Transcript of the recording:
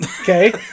okay